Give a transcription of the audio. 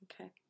Okay